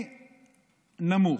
להערכתי, נמוך.